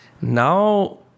now